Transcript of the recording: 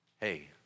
Hey